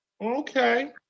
Okay